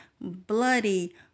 bloody